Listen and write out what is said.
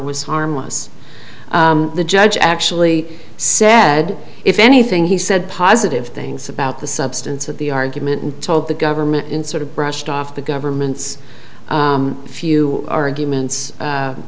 was harmless the judge actually sad if anything he said positive things about the substance of the argument and told the government in sort of brushed off the government's few arguments